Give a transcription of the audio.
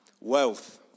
Wealth